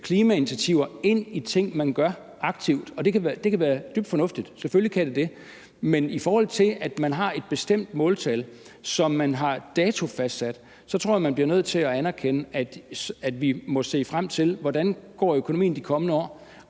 klimainitiativer ind i de ting, man gør, og det kan være dybt fornuftigt – selvfølgelig kan det det. Men i forhold til at man har et bestemt måltal, som man har datofastsat, så tror jeg, man bliver nødt til at anerkende, at vi må se på, hvordan økonomien går de kommende år,